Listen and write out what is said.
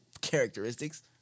characteristics